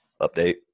update